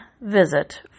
visit